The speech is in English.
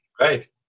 Right